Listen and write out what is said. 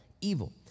evil